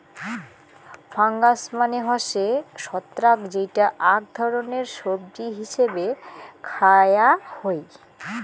fungus মানে হসে ছত্রাক যেইটা আক ধরণের সবজি হিছেবে খায়া হই